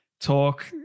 talk